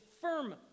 firm